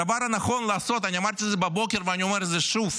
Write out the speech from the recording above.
הדבר הנכון לעשות, אמרתי את זה בבוקר ואני אומר את זה שוב,